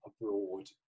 abroad